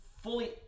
fully